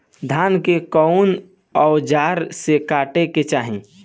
धान के कउन औजार से काटे के चाही?